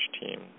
team